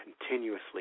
continuously